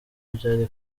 byari